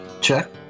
check